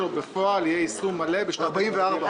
יהיה יישום מלא בשנת הלימודים הבאה.